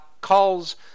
calls